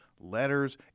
letters